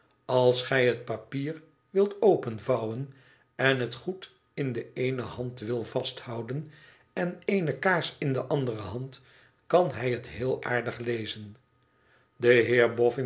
als gij het papier wilt openvouwen en het goed in de eene handwilt vasthouden en eene kaars in de andere hand kan hij het heel aardig lezen